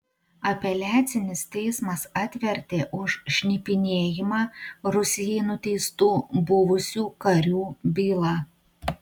apeliacinis teismas atvertė už šnipinėjimą rusijai nuteistų buvusių karių bylą